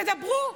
תדברו.